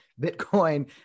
Bitcoin